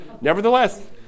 Nevertheless